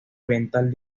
oriental